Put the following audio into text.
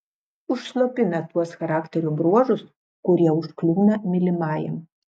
užslopina tuos charakterio bruožus kurie užkliūna mylimajam